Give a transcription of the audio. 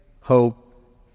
hope